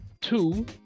two